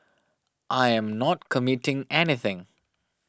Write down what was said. I am not committing anything